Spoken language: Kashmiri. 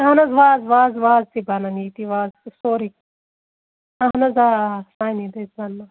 اہن حظ وازٕ وازٕ وازٕ تہِ بَنَن ییٚتی وازٕ تہِ سورُے اہن حظ آ آ سانے دٔسۍ بننو